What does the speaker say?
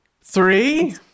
three